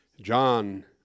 John